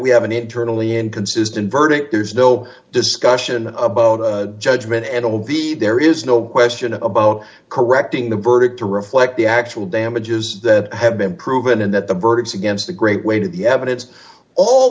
we have an internally inconsistent verdict there's no discussion about judgment and it will be there is no question about correcting the verdict to reflect the actual damages that have been proven in the verdicts against the great way to the evidence all